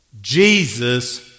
Jesus